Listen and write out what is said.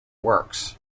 works